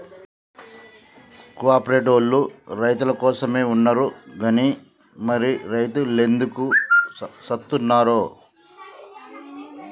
కో ఆపరేటివోల్లు రైతులకోసమే ఉన్నరు గని మరి రైతులెందుకు సత్తున్నరో